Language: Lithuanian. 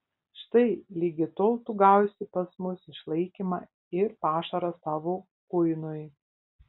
štai ligi tol tu gausi pas mus išlaikymą ir pašarą savo kuinui